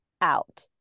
out